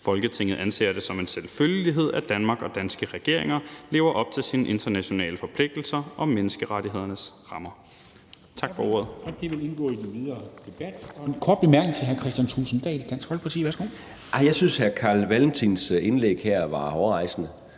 Folketinget anser det som en selvfølgelighed, at Danmark og danske regeringer lever op til sine internationale forpligtelser og menneskerettighedernes rammer.« (Forslag